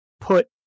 put